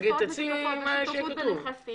תציעי מה שיהיה כתוב.